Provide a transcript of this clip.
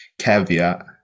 caveat